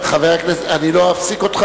אני לא אפסיק אותך,